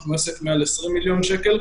אנחנו עסק של מעל 20 מיליון שקל,